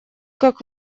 как